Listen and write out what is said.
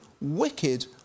wicked